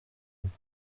kuko